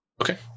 okay